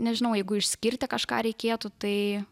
nežinau jeigu išskirti kažką reikėtų tai